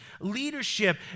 leadership